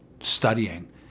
studying